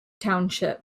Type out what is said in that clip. township